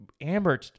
Amber